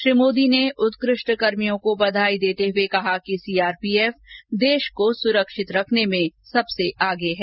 श्री मोदी ने उत्कष्ट कर्मियों को बधाई देते हए कहा कि सीआरपीएफ देश को सुरक्षित रखने में सबसे आगे है